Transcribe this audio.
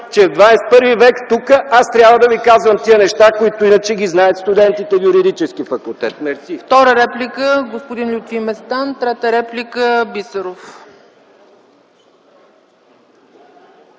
че в ХХІ в. тук трябва да ви казвам тези неща, които иначе ги знаят студентите в Юридическия факултет. Мерси.